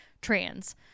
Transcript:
trans